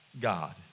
God